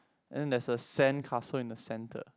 and there's a sandcastle in the center